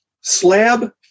Slab